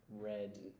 Red